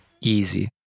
Easy